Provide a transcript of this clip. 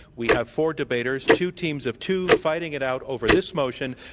we have four debaters, two teams of two, fighting it out over this motion,